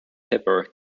pepper